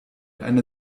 einer